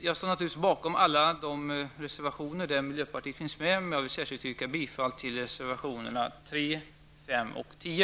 Jag står naturligtvis bakom alla de reservationer som miljöpartiet har undertecknat, men jag vill särskilt yrka bifall till reservationerna nr 3, 5 och 10.